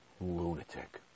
lunatic